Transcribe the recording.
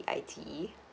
I_T_E